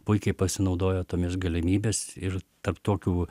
puikiai pasinaudojo tomis galimybes ir tarp tokių